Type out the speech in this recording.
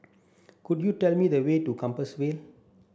could you tell me the way to Compassvale